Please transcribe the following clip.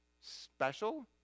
special